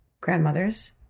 grandmothers